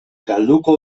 galduko